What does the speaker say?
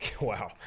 Wow